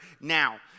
Now